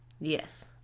Yes